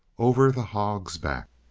over the hog's back.